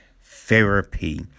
therapy